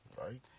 Right